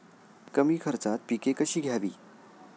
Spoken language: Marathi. कमी खर्चात पिके कशी घ्यावी?